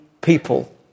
people